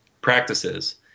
practices